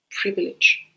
privilege